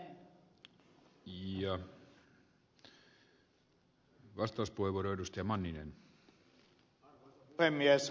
arvoisa puhemies